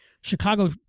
Chicago